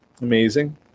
Amazing